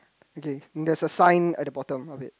okay there's a sign at the bottom of it